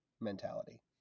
mentality